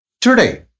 today